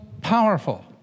powerful